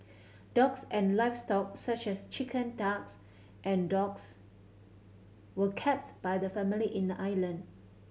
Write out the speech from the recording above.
dogs and livestock such as chicken ducks and dogs were kept by the family in the island